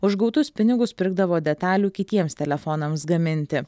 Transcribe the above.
už gautus pinigus pirkdavo detalių kitiems telefonams gaminti